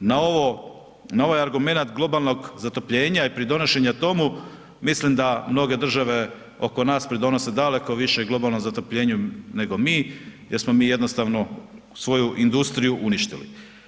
na ovaj argumenat globalnog zatopljenja i pridonošenja tomu, mislim da mnoge države oko nas pridonose daleko više globalnom zatopljenju nego mi jer smo mi jednostavno svoju industriju uništili.